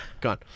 Gone